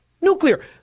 nuclear